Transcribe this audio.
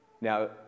Now